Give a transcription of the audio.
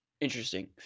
Interesting